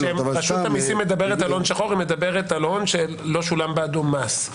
כשרשות המיסים מדברת על הון שחור היא מדברת על הון שלא שולם בעדו מס.